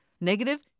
Negative